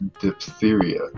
diphtheria